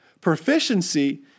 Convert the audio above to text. Proficiency